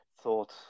thought